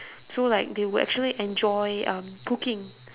so like they would actually enjoy um cooking